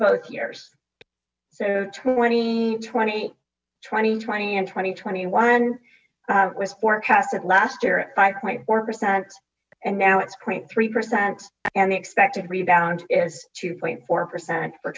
both years so twenty twenty twenty twenty and twenty twenty one with forecasts last year at five point four percent and now it's point three percent and the expected rebound is two point four percent for